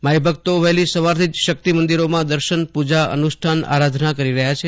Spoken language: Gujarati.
માઈભક્તો વહેલી સવારથી જ શક્તિ મંદિરોમાં દર્શન પુજા અનુષ્ઠાન આરાધના કરી રહ્યા છે